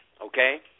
okay